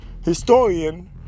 historian